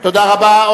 תודה רבה.